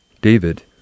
David